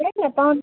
সেই নাপাও